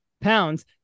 pounds